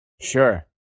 Sure